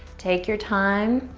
take your time.